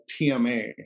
TMA